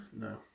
No